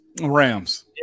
Rams